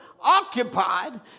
occupied